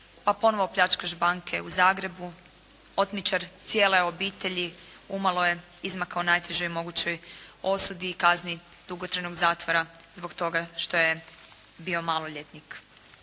pa ponovno pljačkaš banke u Zagrebu, otmičar cijele obitelji umalo je izmakao najtežoj mogućoj osudi i kazni dugotrajnog zatvora zbog toga što je bio maloljetnik.